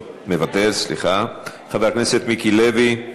מוותר, חבר הכנסת מיקי לוי,